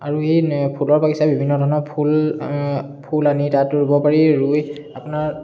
আৰু এই ফুলৰ বাগিচাত বিভিন্ন ধৰণৰ ফুল ফুল আনি তাত ৰুব পাৰি ৰুই আপোনাৰ